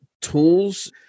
tools